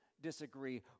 disagree